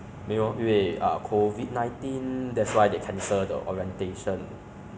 video video I mean 那那些 session is like we don't know each other